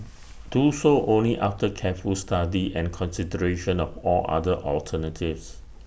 do so only after careful study and consideration of all other alternatives